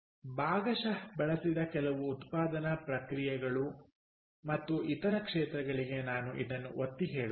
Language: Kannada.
ಭಾಗಶಃ ಬಳಸಿದ ಕೆಲವು ಉತ್ಪಾದನಾ ಪ್ರಕ್ರಿಯೆಗಳು ಮತ್ತು ಇತರ ಕ್ಷೇತ್ರಗಳಿಗೆ ನಾನು ಇದನ್ನು ಒತ್ತಿಹೇಳುತ್ತೇನೆ